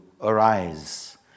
arise